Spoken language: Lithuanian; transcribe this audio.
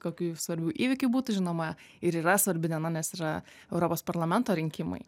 kokių svarbių įvykių būtų žinoma ir yra svarbi diena nes yra europos parlamento rinkimai